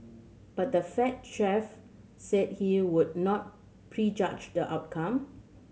but the Fed chief said he would not prejudge the outcome